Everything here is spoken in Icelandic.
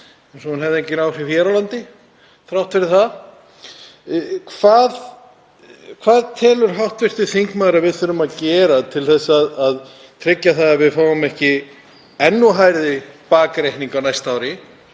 eins og hún hefði engin áhrif hér á landi þrátt fyrir það. Hvað telur hv. þingmaður að við þurfum að gera til að tryggja að við fáum ekki enn þá hærri bakreikninga á næsta ári?